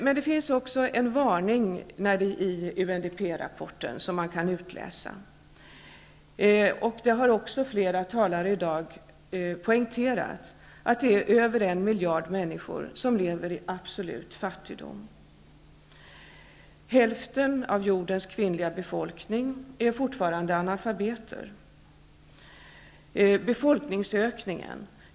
Men man kan också utläsa en varning i UNDP rapporten. Flera talare har också poängterat att det är över en miljard människor som lever i absolut fattigdom i dag. Hälften av jordens kvinnliga befolkning är fortfarande analfabeter.